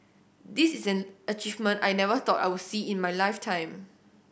this is an achievement I never thought I would see in my lifetime